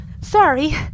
Sorry